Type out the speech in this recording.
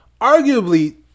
Arguably